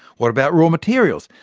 what about raw materials?